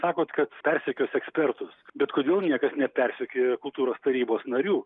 sakot kad persekios ekspertus bet kodėl niekas nepersekioja kultūros tarybos narių